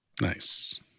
Nice